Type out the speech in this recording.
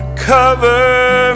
cover